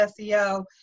SEO